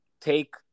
take